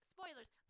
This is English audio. Spoilers